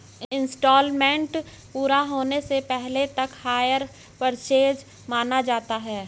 instalment पूरा होने से पहले तक हायर परचेस माना जाता है